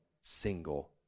single